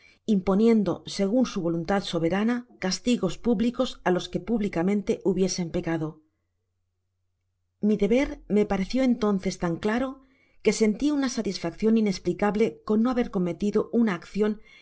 imponiendo segun su voluntad soberana castigos públicos á los que públicamente hubiesen pecado mi deber me pareció entonces tan claro que senti una satisfaccion inesplicable con no haber cometido una accion